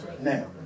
Now